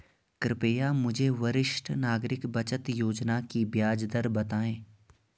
कृपया मुझे वरिष्ठ नागरिक बचत योजना की ब्याज दर बताएँ